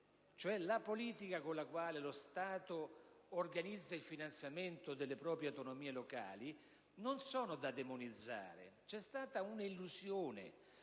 la politica con la quale lo Stato organizza il finanziamento delle proprie autonomie locali, non sono da demonizzare. C'è stata un'illusione,